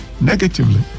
negatively